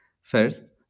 First